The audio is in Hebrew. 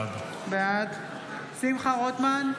בעד שמחה רוטמן,